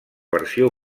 versió